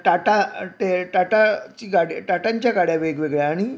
टाटा टे टाटाची गाड्या टाटांच्या गाड्या वेगवेगळ्या आणि